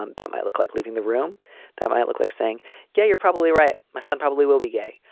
um that might look like leaving the room that might look like saying yeah you're probably right. my son probably will be gay.